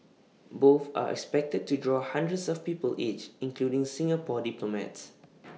both are expected to draw hundreds of people each including Singapore diplomats